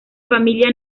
familia